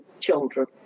children